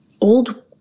old